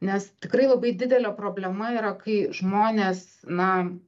nes tikrai labai didelė problema yra kai žmonės na